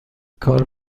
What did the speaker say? کار